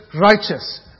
righteous